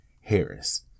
Harris